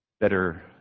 better